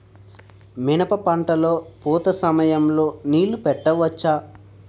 మిరప పంట లొ పూత సమయం లొ నీళ్ళు పెట్టవచ్చా?